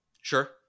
sure